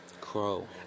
Crow